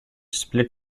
split